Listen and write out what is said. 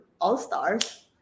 all-stars